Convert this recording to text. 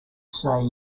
say